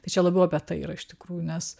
tai čia labiau apie tai yra iš tikrųjų nes